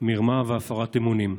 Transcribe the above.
מרמה והפרת אמונים.